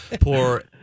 poor